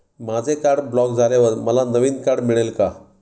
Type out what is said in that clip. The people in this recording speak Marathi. माझे कार्ड ब्लॉक झाल्यावर मला नवीन कार्ड मिळेल का?